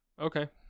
okay